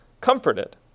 comforted